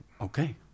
Okay